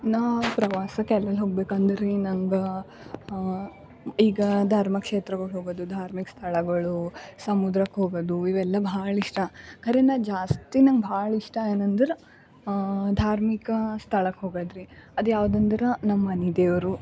ನಾ ಪ್ರವಾಸಕ್ಕೆ ಎಲ್ಲೆಲ್ಲಿ ಹೋಗ್ಬೇಕು ಅಂದರೆ ರೀ ನಂಗೆ ಈಗ ಧರ್ಮಕ್ಷೇತ್ರಗಳು ಹೋಗೋದು ಧಾರ್ಮಿಕ ಸ್ಥಳಗಳು ಸಮುದ್ರಕ್ಕೆ ಹೋಗೋದು ಇವೆಲ್ಲ ಭಾಳ ಇಷ್ಟ ಖರೆ ನಾ ಜಾಸ್ತಿ ನಂಗೆ ಭಾಳ ಇಷ್ಟ ಏನೆಂದ್ರೆ ಧಾರ್ಮಿಕ ಸ್ಥಳಕ್ಕೆ ಹೋಗೋದು ರಿ ಅದು ಯಾವ್ದೆಂದ್ರೆ ನಮ್ಮ ಮನೆ ದೇವರು